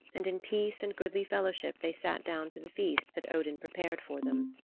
and in peace and goodly fellowship they sat down to the feast that odin prepared for them.